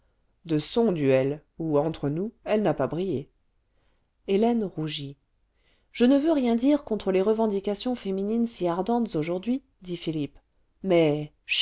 de son duel où entre nous elle n'a pas brillé hélène rougit je ne veux rien dire contre les revendications féminines si ardentes aujourd'hui dit philippe mais